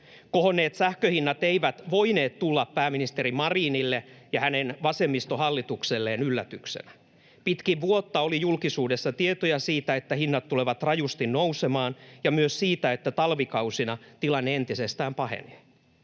Kohonneet sähköhinnat eivät voineet tulla pääministeri Marinille ja hänen vasemmistohallitukselleen yllätyksenä. Pitkin vuotta oli julkisuudessa tietoja siitä, että hinnat tulevat rajusti nousemaan, ja myös siitä, että talvikausina tilanne entisestään pahenee.